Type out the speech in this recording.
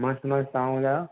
मस्तु मस्तु तव्हां ॿुधायो